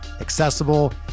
accessible